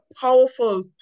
powerful